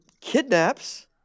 kidnaps